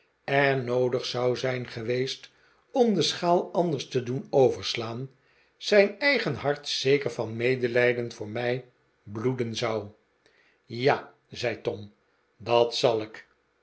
er noodig zou zijn geweest om de schaal anders te doen overslaan zijn eigen hart zeker van medelijden voor mij bloeden zou ja zei tom dat zal ik